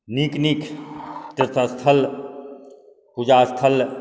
नीक नीक तीर्थस्थल पूजा स्थल